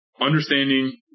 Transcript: understanding